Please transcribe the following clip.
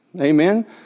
Amen